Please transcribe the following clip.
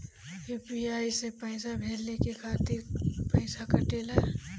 UPI से पइसा भेजने के खातिर पईसा कटेला?